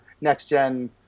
next-gen